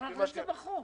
נכניס את זה בחוק.